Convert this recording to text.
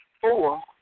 four